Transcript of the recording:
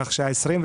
כך שה-20%,